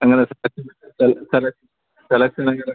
എങ്ങനെ സെലക്ഷൻ അത് സെലക്ഷൻ എങ്ങനെ